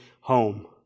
home